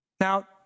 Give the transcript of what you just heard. Now